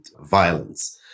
violence